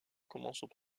commence